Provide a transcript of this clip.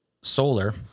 solar